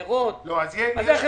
שם זה נמצא בתכנית.